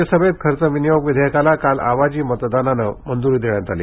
राज्यसभेत खर्च विनियोग विधेयकाला काल आवाजी मतदानानं मंजुरी देण्यात आली